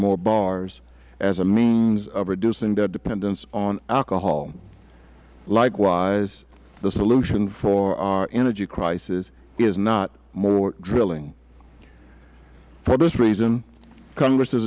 more bars as a means of reducing their dependence on alcohol likewise the solution for our energy crisis is not more drilling for this reason congress is